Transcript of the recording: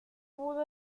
pudo